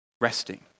resting